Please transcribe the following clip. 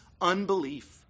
unbelief